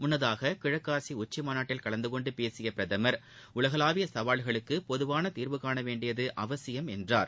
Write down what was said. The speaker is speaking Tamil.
முன்னதாக கிழக்காசிய உச்சிமாநாட்டில் கலந்து கொண்டு பேசிய பிரதமர் உலகளாவிய சவால்களுக்கு பொதுவான தீர்வுகாண வேண்டியது அவசியம் என்றார்